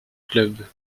clubs